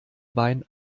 bein